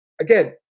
again